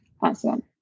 awesome